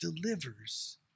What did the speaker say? delivers